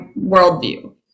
worldview